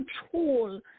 control